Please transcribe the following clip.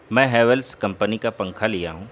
میں Havells company کا پنکھا لیا ہوں